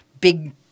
big